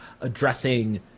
addressing